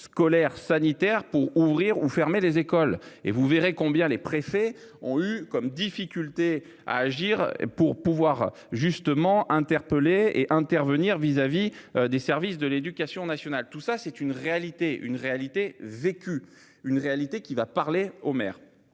scolaires sanitaires pour ouvrir ou fermer les écoles et vous verrez combien les préfets ont eu comme difficultés à agir pour pouvoir justement interpellé et intervenir vis-à-vis des services de l'éducation nationale. Tout ça c'est une réalité, une réalité vécue, une réalité qui va parler au maire